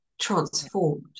transformed